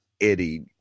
Eddie